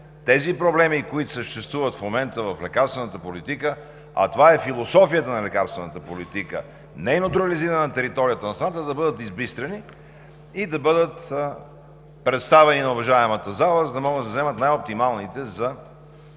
тези проблеми, които съществуват в момента в лекарствената политика, а това е философията на лекарствената политика, нейното реализиране на територията на страната, за да бъдат избистрени и да бъдат представени на уважаемата зала, за да могат да се вземат най-оптималните